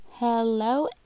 Hello